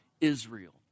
Israel